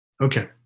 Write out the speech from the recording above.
Okay